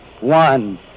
one